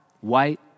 white